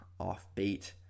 offbeat